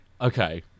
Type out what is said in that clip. Okay